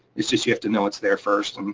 it's just you have to know it's there first.